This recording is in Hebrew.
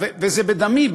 וזה בדמי,